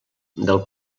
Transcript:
del